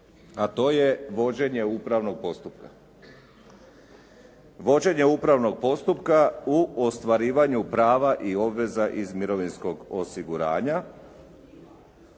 a to je vođenje upravnog postupka. Vođenje upravnog postupka u ostvarivanju prava i obveza iz mirovinskog osiguranja